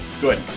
Good